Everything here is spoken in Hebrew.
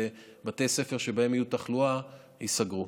ובתי ספר שבהם תהיה תחלואה ייסגרו.